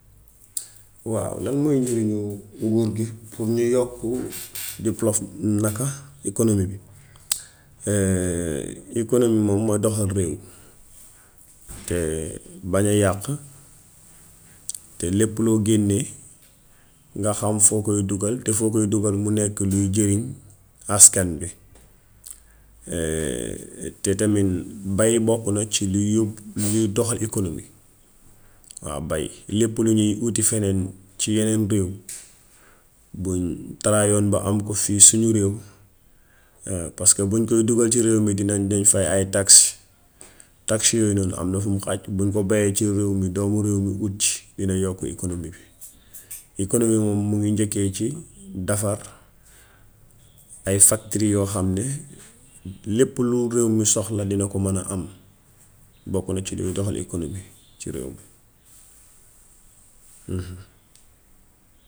Waaw lan mooy njariñu nguur gi pôur ñu yokku deepl of naka economy bi. Economy moom mooydoxal réew, te bañ a yàq, te lépp loo génnee nga xam foo koy dugal, te foo koy dugal mu nekk luy jëriñaskan bi. Te tamit bay bokk na ci liy liy doxal economy. Waaw bay. Lépp lu ñuy uti feneen ci yeneen réew, buñ tryoon ba am ko fii uñu réew paska buñ koy dugal ci réew mi dañ di fay ay taxe. Taxe yooyu noonu am na fum xaj. Buñ ko bayee ci réew mi, doomi réew mi ut ci, dina yokku economy bi. Economy bi moom mingi njëkkee ci dafar ay faktir yoo xam ni lépp lu réew mi soxla dana ko man a am. Bokk na ci liy doxal economy ci réew mi.